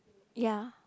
ya